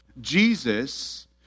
Jesus